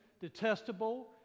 detestable